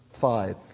five